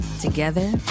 together